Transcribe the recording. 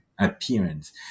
appearance